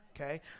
okay